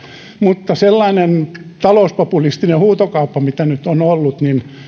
mutta sellainen talouspopulistinen huutokauppa mitä nyt on ollut